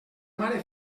mare